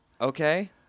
Okay